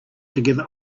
together